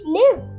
live